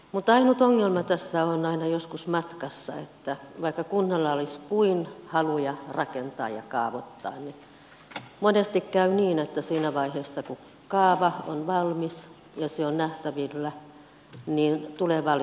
mutta ainut ongelma tässä on aina joskus matkassa että vaikka kunnalla olisi kuinka haluja rakentaa ja kaavoittaa niin monesti käy niin että siinä vaiheessa kun kaava on valmis ja se on nähtävillä tulee valituksia